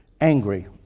angry